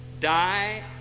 die